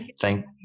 thank